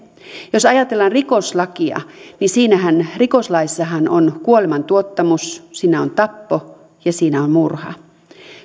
jos ajatellaan rikoslakia niin rikoslaissahan on kuolemantuottamus siinä on tappo ja siinä on murha